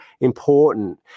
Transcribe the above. important